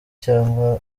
cyangwa